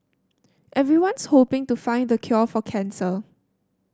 everyone's hoping to find the cure for cancer